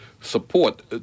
support